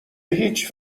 هیچ